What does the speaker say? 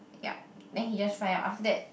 yup then he just find out after that